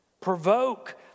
Provoke